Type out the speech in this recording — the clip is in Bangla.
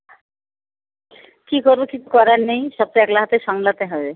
কী করবো কিছু করার নেই সব তো একা হাতে সামলাতে হবে